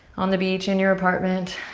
on the beach, in your apartment,